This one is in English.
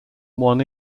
one